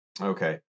Okay